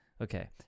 Okay